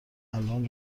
الان